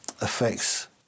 affects